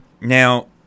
Now